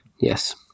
Yes